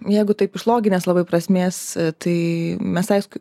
jeigu taip iš loginės labai prasmės tai mes aišku